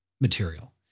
material